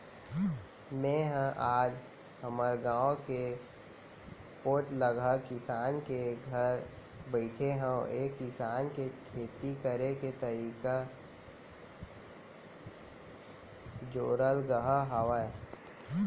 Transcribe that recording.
मेंहा आज हमर गाँव के पोठलगहा किसान के घर बइठे हँव ऐ किसान के खेती करे के तरीका जोरलगहा हावय